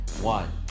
One